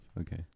okay